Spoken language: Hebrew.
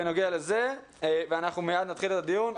אנחנו מיד נתחיל את הדיון.